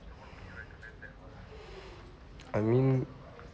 I mean